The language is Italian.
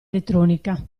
elettronica